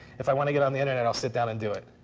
if i want to get on the internet, i'll sit down and do it.